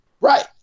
Right